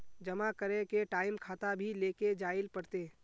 जमा करे के टाइम खाता भी लेके जाइल पड़ते?